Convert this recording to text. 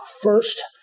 first